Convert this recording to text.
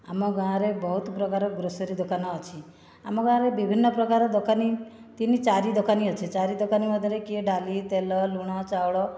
ଆମ ଗାଁରେ ବହୁତ ପ୍ରକାର ଗ୍ରୋସୋରୀ ଦୋକାନ ଅଛି ଆମ ଗାଁର ବିଭିନ୍ନ ପ୍ରକାର ଦୋକାନୀ ତିନି ଚାରି ଦୋକାନୀ ଅଛି ଚାରି ଦୋକାନୀ ମଧ୍ୟରେ କିଏ ଡାଲି ତେଲ ଲୁଣ ଚାଉଳ